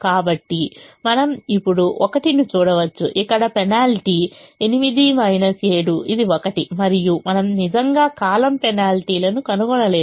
కాబట్టి మనం ఇప్పుడు 1 ని చూడవచ్చు ఇక్కడ పెనాల్టీ 8 7 ఇది 1 మరియు మనము నిజంగా కాలమ్ పెనాల్టీలను కనుగొనలేదు